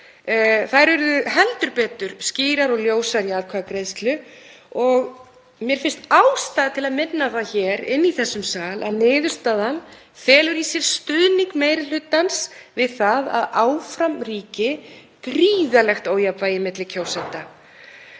urðu heldur betur skýrar og ljósar í atkvæðagreiðslu. Mér finnst ástæða til að minna á það hér í þessum sal að niðurstaðan felur í sér stuðning meiri hlutans við það að áfram ríki gríðarlegt ójafnvægi milli kjósenda.